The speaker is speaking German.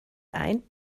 ein